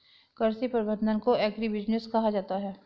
कृषि प्रबंधन को एग्रीबिजनेस कहा जाता है